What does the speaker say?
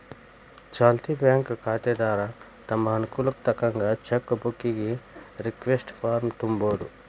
ಚಾಲ್ತಿ ಬ್ಯಾಂಕ್ ಖಾತೆದಾರ ತಮ್ ಅನುಕೂಲಕ್ಕ್ ತಕ್ಕಂತ ಚೆಕ್ ಬುಕ್ಕಿಗಿ ರಿಕ್ವೆಸ್ಟ್ ಫಾರ್ಮ್ನ ತುಂಬೋದು